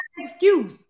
Excuse